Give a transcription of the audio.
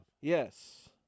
Yes